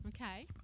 okay